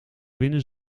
winnen